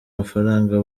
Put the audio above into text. mafaranga